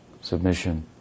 submission